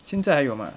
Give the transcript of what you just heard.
现在还有吗